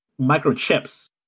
microchips